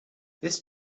this